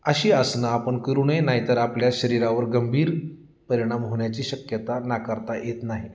अशी आसनं आपण करू नयेत नाहीतर आपल्या शरीरावर गंभीर परिणाम होण्याची शक्यता नाकारता येत नाही